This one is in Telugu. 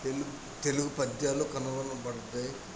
తెలుగు తెలుగు పద్యాలు కనుగొనబడ్డాయి